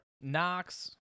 Knox